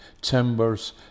timbers